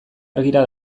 argira